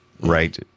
right